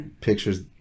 pictures